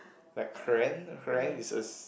like this is